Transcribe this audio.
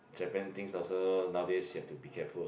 Japan things also nowadays have to be careful